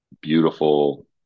beautiful